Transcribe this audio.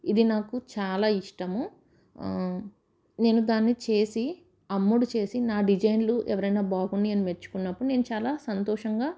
ఇది నాకు చాలా ఇష్టము నేను దాన్ని చేసి అమ్ముడు చేసి నా డిజైన్లు ఎవరైనా బాగున్నాయి అని మెచ్చుకున్నప్పుడు నేను చాలా సంతోషంగా